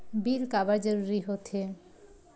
Bill काबर जरूरी होथे?